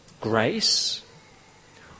Grace